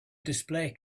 display